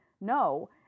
no